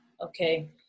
Okay